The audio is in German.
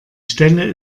stelle